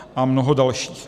A mnoho dalších.